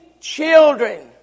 children